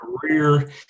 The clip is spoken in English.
career